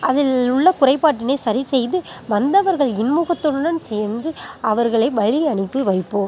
அதில் உள்ள குறைப்பாட்டினை சரி செய்து வந்தவர்கள் இன்முகத்துடன் சென்று அவர்களை வழி அனுப்பி வைப்போம்